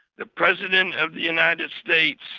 the president of the united states,